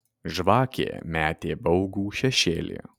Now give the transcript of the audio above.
žvakė metė baugų šešėlį